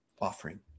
offering